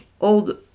old